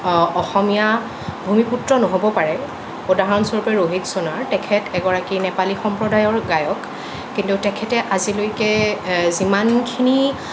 অসমীয়া ভূমিপুত্ৰ নহ'ব পাৰে উদাহৰণস্বৰূপে ৰ'হিত চ'নাৰ তেখেত এগৰাকী নেপালী সম্প্ৰদায়ৰ গায়ক কিন্তু তেখেতে আজিলৈকে যিমানখিনি